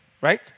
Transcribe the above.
Right